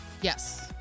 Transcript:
Yes